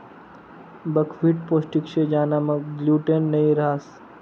buckwheat पोष्टिक शे ज्यानामा ग्लूटेन नयी रहास